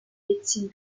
médecine